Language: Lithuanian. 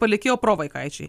palikėjo provaikaičiai